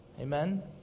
Amen